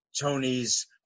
Tony's